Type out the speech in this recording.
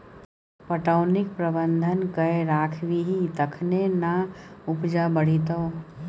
पटौनीक प्रबंधन कए राखबिही तखने ना उपजा बढ़ितौ